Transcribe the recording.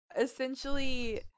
essentially